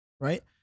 Right